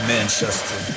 Manchester